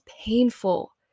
painful